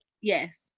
Yes